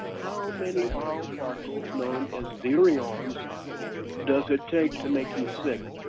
how many viral particles known as virions does it take to make you sick.